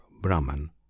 brahman